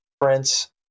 prince